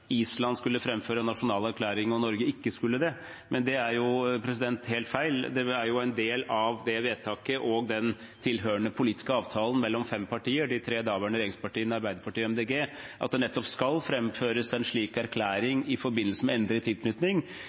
Island skulle framføre en nasjonal erklæring, og at Norge ikke skulle det, men det er jo helt feil. Det er en del av det vedtaket og den tilhørende politiske avtalen mellom fem partier, de tre daværende regjeringspartiene og Arbeiderpartiet og Miljøpartiet De Grønne, at det nettopp skal framføres en slik erklæring i forbindelse med endret tilknytning,